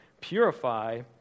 purify